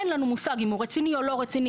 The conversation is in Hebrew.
אין לנו מושג אם הוא רציני או לא רציני,